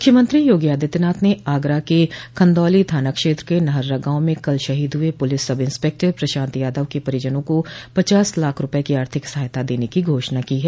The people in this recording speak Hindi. मुख्यमंत्री योगी आदित्यनाथ ने आगरा के खंदौली थाना क्षेत्र के नहर्रा गांव में कल शहीद हुए police sub inspector Prashant Yadav के परिजनों को पचास लाख रूपये की आर्थिक सहायता देने की घोषणा की है